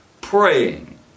praying